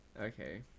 okay